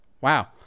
Wow